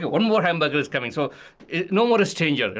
one more hamburger is coming, so no more stranger.